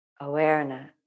awareness